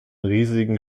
riesigen